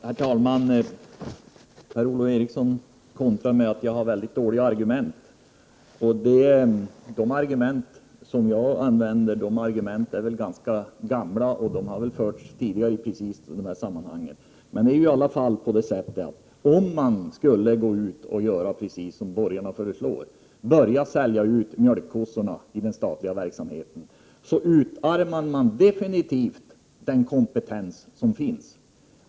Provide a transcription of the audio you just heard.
Herr talman! Per-Ola Eriksson kontrade med att säga att jag hade mycket dåliga argument. Men de argument som jag använde är väl ganska gamla och har väl förts fram tidigare i just sådana här sammanhang. Skulle man göra precis som borgarna föreslår, dvs. sälja ut mjölkkorna inom den statliga verksamheten, utarmar man avgjort den kompetens som finns.